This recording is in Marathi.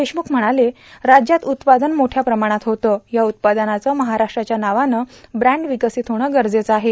देशमुख म्हणाले राज्यात उत्पादन मोठ्या प्रमाणात होते या उत्पादनाचं महाराष्ट्राच्या नावाने ब्रॅण्ड र्विर्कांसत होणे गरजेचं आहे